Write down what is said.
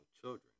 children